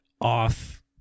off